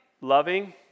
Loving